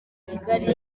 kigali